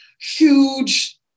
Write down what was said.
huge